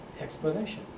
Explanation